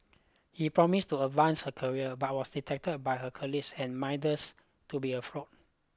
he promised to advance her career but was detected by her colleagues and minders to be a fraud